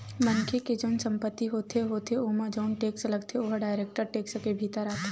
मनखे के जउन संपत्ति होथे होथे ओमा जउन टेक्स लगथे ओहा डायरेक्ट टेक्स के भीतर आथे